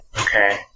Okay